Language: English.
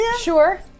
Sure